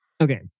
Okay